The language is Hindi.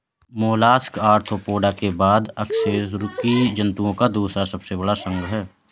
मोलस्का आर्थ्रोपोडा के बाद अकशेरुकी जंतुओं का दूसरा सबसे बड़ा संघ है